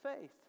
faith